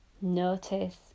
Notice